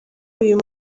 uyu